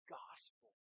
gospel